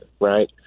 right